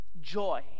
Joy